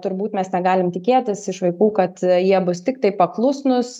turbūt mes negalim tikėtis iš vaikų kad jie bus tiktai paklusnūs